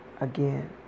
again